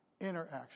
interaction